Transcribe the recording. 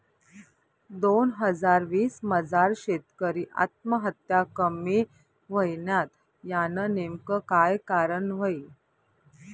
दोन हजार वीस मजार शेतकरी आत्महत्या कमी व्हयन्यात, यानं नेमकं काय कारण व्हयी?